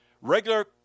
Regular